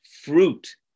fruit